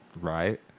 right